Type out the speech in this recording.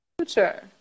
future